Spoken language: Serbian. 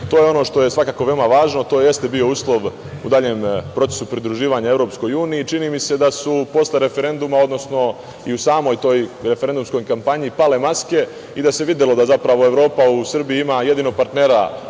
je ono što je svakako veoma važno. To jeste bio uslov u procesu pridruživanje EU i čini mi se da su posle referenduma, odnosno i u samoj toj referendumskoj kampanji pale maske i da se videlo da zapravo Evropa u Srbiji ima jedinog partnera